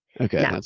Okay